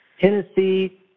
Tennessee